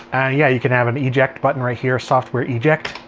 yeah, you can have an eject button right here, software eject.